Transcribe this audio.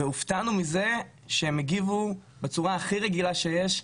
הופתענו מזה שהם הגיבו בצורה הכי רגילה שיש,